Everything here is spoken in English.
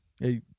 Hey